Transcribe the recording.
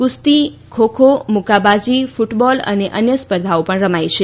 ક્રસ્તી ખોખો મુક્કાબાજી ફૂટબોલ અને અન્ય સ્પર્ધાઓ પણ રમાઈ છે